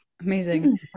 amazing